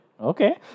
Okay